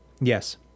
yes